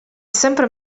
sempre